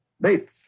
Bates